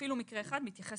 כהתפרצות.